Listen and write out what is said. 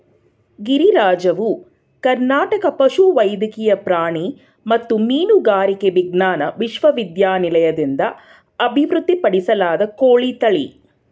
ಗಿರಿರಾಜವು ಕರ್ನಾಟಕ ಪಶುವೈದ್ಯಕೀಯ ಪ್ರಾಣಿ ಮತ್ತು ಮೀನುಗಾರಿಕೆ ವಿಜ್ಞಾನ ವಿಶ್ವವಿದ್ಯಾಲಯದಿಂದ ಅಭಿವೃದ್ಧಿಪಡಿಸಲಾದ ಕೋಳಿ ತಳಿ